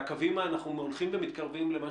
והקווים אנחנו הולכים ומתקרבים למה